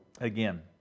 again